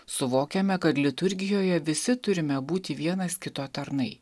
suvokiame kad liturgijoje visi turime būti vienas kito tarnai